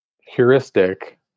heuristic